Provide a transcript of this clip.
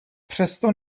přesto